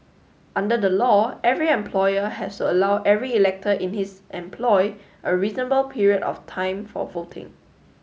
under the law every employer has to allow every elector in his employ a reasonable period of time for voting